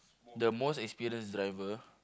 the most experienced driver